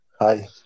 Hi